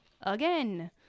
again